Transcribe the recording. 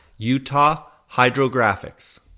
utahhydrographics